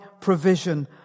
provision